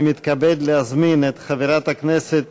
אני מתכבד להזמין את חברת הכנסת